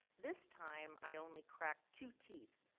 this time, i only cracked two teeth.